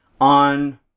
on